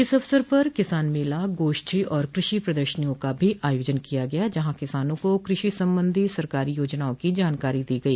इस अवसर पर किसान मेला गोष्ठी और कृषि प्रदर्शनियों का भी आयोजन किया गया जहां किसानों को कृषि संबंधित सरकारी योजनाओं की जानकारी दी गई